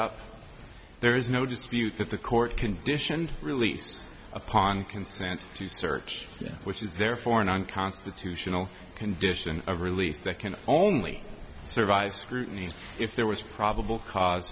up there is no dispute that the court conditioned release upon consent to search which is therefore an unconstitutional condition of release that can only survive scrutiny if there was probable cause